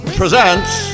presents